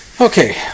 Okay